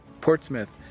Portsmouth